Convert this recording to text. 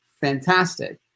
fantastic